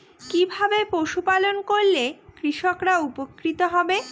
কিভাবে পশু পালন করলেই কৃষকরা উপকৃত হবে?